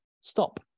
stop